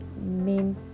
main